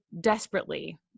desperately